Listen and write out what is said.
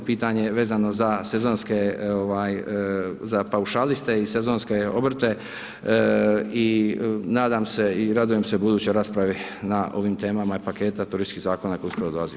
Pitanje vezano za sezonske, za paušaliste i sezonske obrte i nadam se, i radujem se budućoj raspravi na ovim temama i paketa turističkih zakona koji uskoro dolazi.